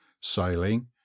sailing